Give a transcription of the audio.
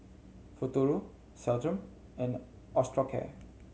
Futuro Centrum and Osteocare